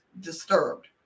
disturbed